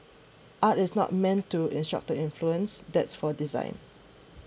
art is not meant to instruct the influence that's for design